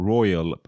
Royal